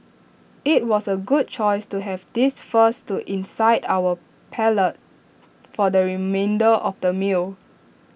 IT was A good choice to have this first to incite our palate for the remainder of the meal